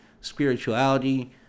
spirituality